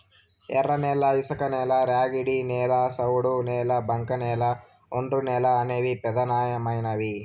ఎర్రనేల, ఇసుకనేల, ర్యాగిడి నేల, సౌడు నేల, బంకకనేల, ఒండ్రునేల అనేవి పెదానమైనవి